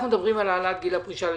אנחנו מדברים על העלאת גיל הפרישה לנשים,